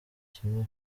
kimwe